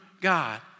God